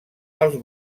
als